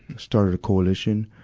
started a coalition.